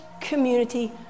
community